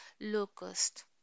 Locust